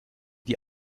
die